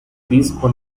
disco